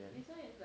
then